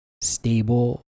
stable